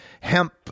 hemp